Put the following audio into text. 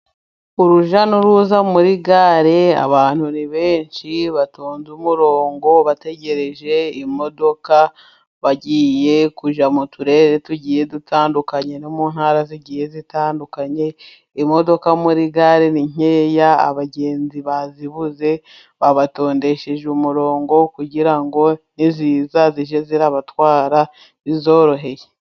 urujya n'uruza muri gare abantu ni benshi. Batonze umurongo bategereje imodoka bagiye kujya mu turere tugiye dutandukanye no mu ntara ziigihe zitandukanye. Imodoka muri gare ni nkeya, abagenzi bazibuze babatondesheje umurongo kugira ngo ni ziza zibatwara bizoroheye.